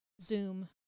Zoom